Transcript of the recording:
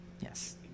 Yes